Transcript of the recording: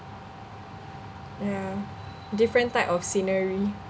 ya different type of scenery